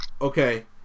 Okay